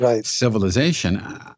civilization